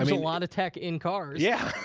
a lot of tech in cars. yeah.